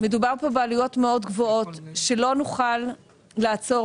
מדובר פה בעלויות מאוד גבוהות שלא נוכל לעצור